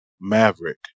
Maverick